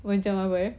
macam apa eh